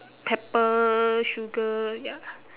pepper sugar ya